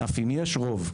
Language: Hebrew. אף אם יש רוב,